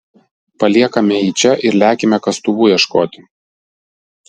paliekame jį čia ir lekiame kastuvų ieškoti